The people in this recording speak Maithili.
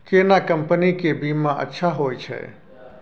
केना कंपनी के बीमा अच्छा होय छै?